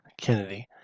Kennedy